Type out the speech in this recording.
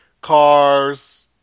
Cars